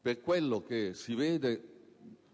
Per quello che si vede,